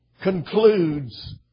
concludes